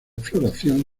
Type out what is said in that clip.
floración